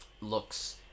looks